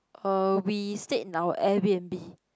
uh we stayed in our Air B_n_b